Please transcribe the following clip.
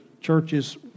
churches